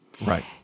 Right